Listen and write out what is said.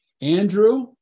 Andrew